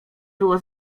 było